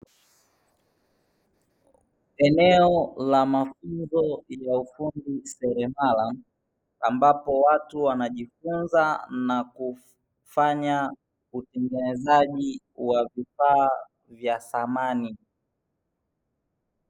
Eneo la mafunzo ya ufundi seremala ambapo watu wanajifunza na kufanya uengenezaji wa vifaa vya samani.